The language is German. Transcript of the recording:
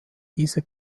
diese